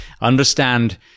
Understand